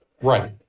Right